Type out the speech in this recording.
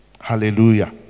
Hallelujah